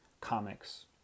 comics